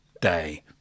day